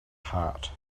heart